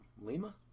Lima